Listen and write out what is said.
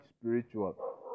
spiritual